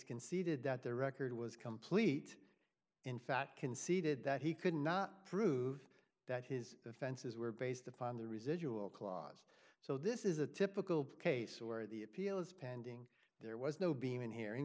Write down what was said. conceded that the record was complete in fact conceded that he could not prove that his offenses were based upon the residual clause so this is a typical case where the appeal is pending there was no beam in hearing